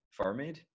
Farmade